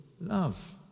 love